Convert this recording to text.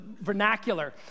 vernacular